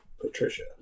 Patricia